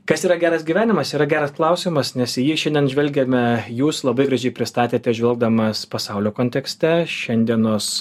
kas yra geras gyvenimas yra geras klausimas nes į jį šiandien žvelgiame jūs labai gražiai pristatėte žvelgdamas pasaulio kontekste šiandienos